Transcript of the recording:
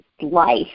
life